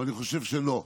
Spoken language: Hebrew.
אבל אני חושב שלא.